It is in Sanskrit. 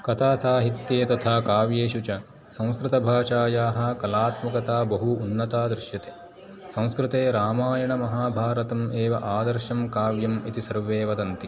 कथासाहित्ये तथा काव्येषु च संस्कृतभाषायाः कलात्मकता बहु उन्नता दृश्यते संस्क्रुते रामायणमहाभारतम् एव आदर्शं काव्यम् इति सर्वे वदन्ति